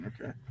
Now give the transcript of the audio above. Okay